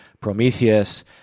Prometheus